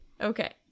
Okay